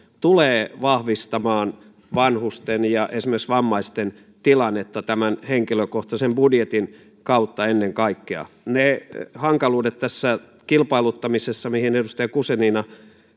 tulee vahvistamaan vanhusten ja esimerkiksi vammaisten tilannetta tämän henkilökohtaisen budjetin kautta ennen kaikkea ne hankaluudet kilpailuttamisessa mihin edustaja guzenina